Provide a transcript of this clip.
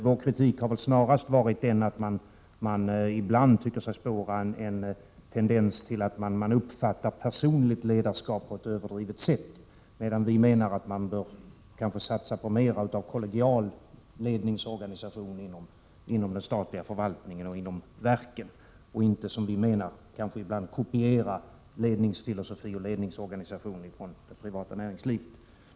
Vår kritik har snarast gällt det faktum att man ibland tycker sig spåra en tendens till att uppfatta personligt ledarskap på ett överdrivet sätt. Vi menar att man bör satsa på mer av kollegial ledningsorganisation inom den statliga förvaltningen och de statliga verken i stället för att, som vi menar att man ibland gör, kopiera ledningsfilosofi och ledningsorganisation från det privata näringslivet.